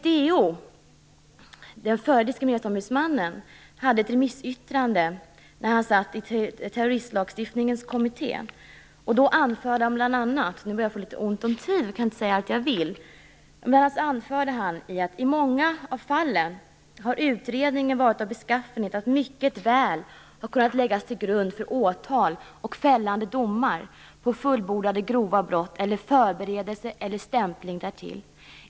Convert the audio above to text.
DO, den förre diskrimineringsombudsmannen, anförde bl.a. i ett remissyttrande till betänkandet från kommittén som behandlade terroristlagstiftningen: I många av fallen har utredningen varit av beskaffenhet att den mycket väl hade kunnat läggas till grund för åtal och fällande domar på fullbordade grova brott eller förberedelse eller stämpling därtill.